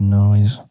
noise